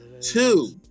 Two